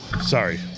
sorry